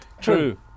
True